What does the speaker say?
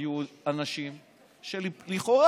אנשים שלכאורה,